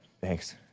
Thanks